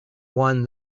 one